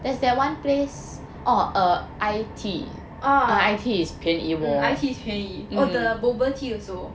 oh iTea is 便宜 oh the Bobatea also